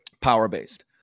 power-based